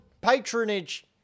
patronage